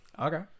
okay